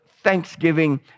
thanksgiving